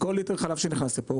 כל ליטר חלב שנכנס לפה,